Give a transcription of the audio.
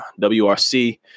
WRC